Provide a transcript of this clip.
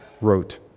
wrote